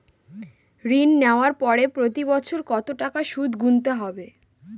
ঋণ নেওয়ার পরে প্রতি বছর কত টাকা সুদ গুনতে হবে?